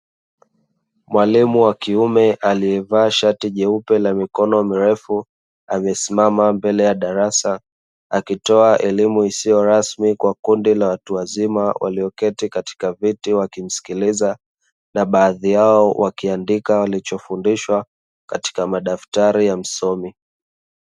Mwalimu wa kiume aliyevaa shati jeupe la mikono mirefu, amesimama mbele ya darasa akitoa elimu isiyo rasmi kwa kundi la watu wazima walioketi katika viti wakimsikiliza, na baadhi yao wakiandika walichofundishwa katika madaftari ya msomi.